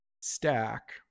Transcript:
stack